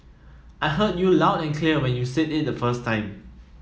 I heard you loud and clear when you said it the first time